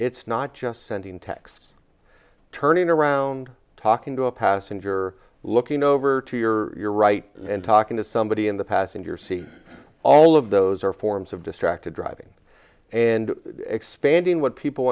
it's not just sending text turning around talking to a passenger looking over to your right and talking to somebody in the passenger seat all of those are forms of distracted driving and expanding what people